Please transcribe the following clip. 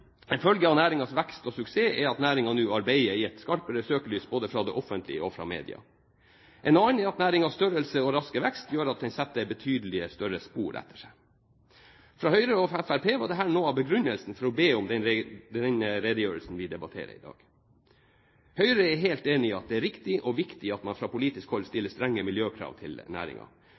En følge av næringens vekst og suksess er at næringen nå arbeider i et skarpere søkelys både fra det offentlige og fra media. En annen er at næringens størrelse og raske vekst gjør at den setter betydelige spor etter seg. Fra Høyres og Fremskrittspartiets side var dette noe av begrunnelsen for å be om den redegjørelsen vi debatterer i dag. Høyre er helt enig i at det er riktig og viktig at man fra politisk hold stiller strenge miljøkrav til